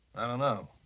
i don't know.